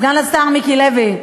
סגן השר מיקי לוי,